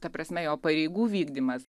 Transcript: ta prasme jo pareigų vykdymas